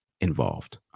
involved